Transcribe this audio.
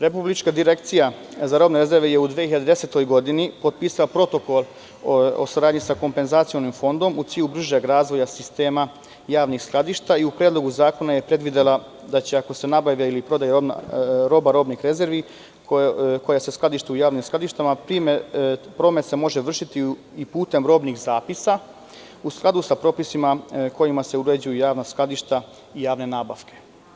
Republička direkcija za robne rezerve je u 2010. godini potpisala Protokol o saradnji sa Kompenzacionim fondom u cilju bržeg razvoja sistema javnih skladišta i u Predlogu zakona je predvidela da se, ako se nabavlja ili prodaje roba robnih rezervi koja se skladišti u javnim skladištima, promet može vršiti i putem robnih zapisa, a u skladu sa propisima kojima se uređuju javna skladišta i javne nabavke.